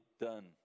done